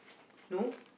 no